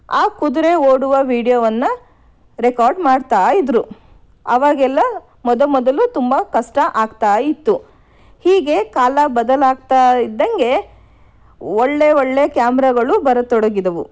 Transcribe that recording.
ಆ ಕುದುರೆ ಓಡುವ ವೀಡಿಯೋವನ್ನು ರೆಕಾರ್ಡ್ ಮಾಡ್ತಾ ಇದ್ದರು ಆವಾಗೆಲ್ಲ ಮೊದ ಮೊದಲು ತುಂಬ ಕಷ್ಟ ಆಗ್ತಾ ಇತ್ತು ಹೀಗೆ ಕಾಲ ಬದಲಾಗ್ತಾ ಇದ್ದಂತೆ ಒಳ್ಳೆ ಒಳ್ಳೆಯ ಕ್ಯಾಮ್ರಾಗಳು ಬರತೊಡಗಿದವು